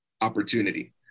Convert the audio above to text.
Opportunity